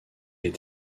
est